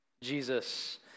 Jesus